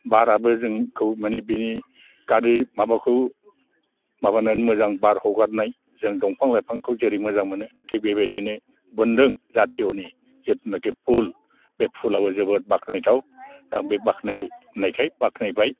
बारआबो जोंखौ माने बेनि गाज्रि माबाखौ माबानानै मोजां बार हगारनाय जों दफां लाइफांखौ जेरै मोजां मोनो थिक बेबायदिनो बोन्दों जाथिय'नि जायनोखि फुल बे फुलआव जोबोद बाख्नायथाव दा बे बाख्नायनायखाय बाख्नायबाय